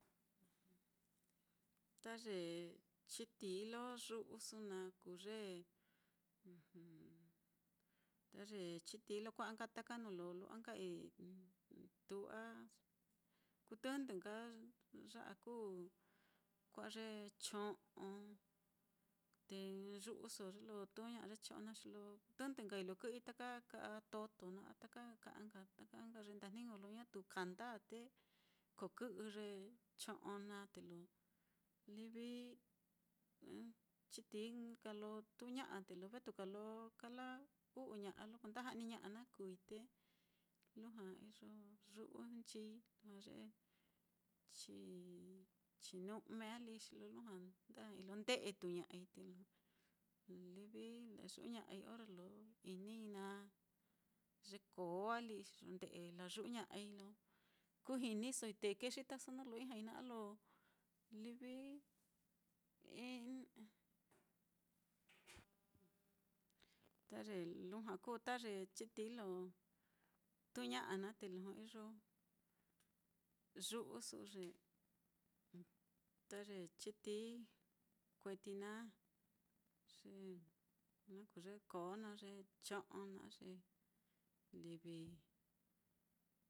Ta ye chitií lo yu'usu naá kuu ye ta ye chitií lo kua'a nka taka nuu lo lu'wa nka ituu á, kuu tɨndɨ nka ya'a kuu kua'a ye cho'on te yu'uso ye lo tuuña'a ye cho'on naá, xi lo tɨndɨ nkai lo kɨ'ɨi ta ka'a toto naá a ta ka'a nka taka nka ye ndajniño lo ñatu kanda á, te kokɨ'ɨ ye cho'on naá te lo livi chitií nka lo tuuña'a te lo vetuka lo kala-u'uña'a lo kuenda ja'niña'a naá kuui, te lujua iyo yu'unchii. Lujua ye chinu'me á lí xi lo lujua nda ja'ai lo nde'e tuuña'ai te livi layu'uñai orre lo inii naá. Ye koo á lí xi iyo nde'e layu'uña'ai lo kú jinisoi te kexitaso nuu lo ijñai naá a lo livi in ta ye lujua kuu ta ye chitií lo tuuña'a naá, te lujua iyo yu'usu ye ta ye chitií kueti naá, xi na kuu ye koo naá ye cho'on naá, livi.